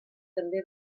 també